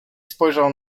spojrzał